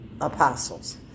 apostles